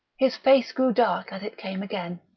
his face grew dark as it came again.